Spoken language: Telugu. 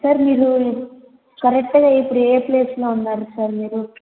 సార్ మీరు కరెక్ట్గా ఇప్పుడు ఏ ప్లేసులో ఉన్నారు సార్ మీరు